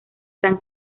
san